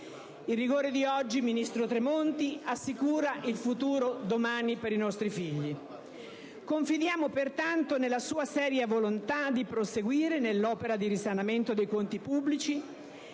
Il rigore di oggi, ministro Tremonti, assicura il domani per i nostri figli. Confidiamo pertanto nella sua seria volontà di proseguire nell'opera di risanamento dei conti pubblici